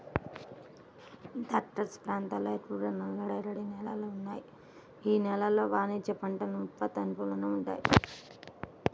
దక్కన్ ప్రాంతంలో ఎక్కువగా నల్లరేగడి నేలలు ఉన్నాయి, యీ నేలలు వాణిజ్య పంటల ఉత్పత్తికి అనుకూలంగా వుంటయ్యి